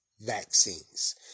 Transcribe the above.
vaccines